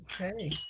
Okay